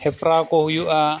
ᱦᱮᱯᱨᱟᱣ ᱠᱚ ᱦᱩᱭᱩᱜᱼᱟ